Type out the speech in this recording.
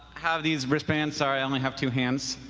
have these wristbands, sorry i only have two hands.